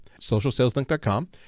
SocialSalesLink.com